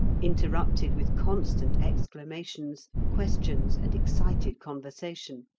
interrupted with constant exclamations, questions, and excited conversation.